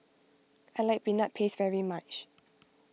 I like Peanut Paste very much